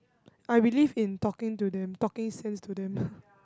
I believe in talking to them talking sense to them